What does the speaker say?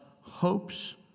hopes